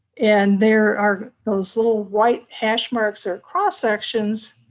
and there are those little white hash marks or cross sections,